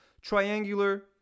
triangular